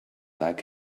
like